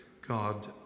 God